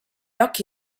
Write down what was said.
occhi